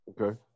Okay